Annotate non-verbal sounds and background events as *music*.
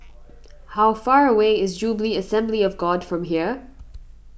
*noise* how far away is Jubilee Assembly of God from here